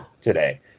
today